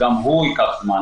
שגם הוא ייקח זמן.